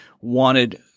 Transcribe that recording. wanted